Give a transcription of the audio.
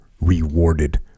rewarded